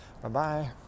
Bye-bye